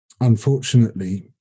unfortunately